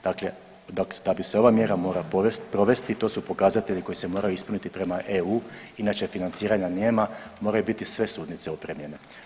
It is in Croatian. Dakle, da bi se ova mjera mora provesti to su pokazatelji koji se moraju ispuniti prema EU inače financiranja nema, moraju biti sve sudnice opremljene.